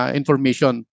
information